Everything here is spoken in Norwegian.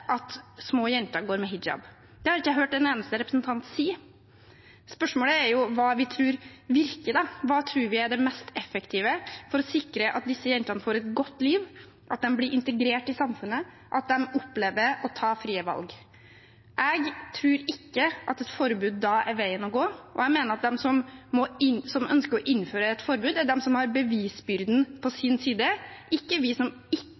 at små jenter går med hijab. Det har jeg ikke hørt en eneste representant si. Spørsmålet er hva vi tror virker. Hva tror vi er det mest effektive for å sikre at disse jentene får et godt liv, at de blir integrert i samfunnet, at de opplever å ta frie valg? Jeg tror ikke et forbud da er veien å gå, og jeg mener at det er de som ønsker å innføre et forbud, som har bevisbyrden på sin side – ikke vi som